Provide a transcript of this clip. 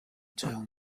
tell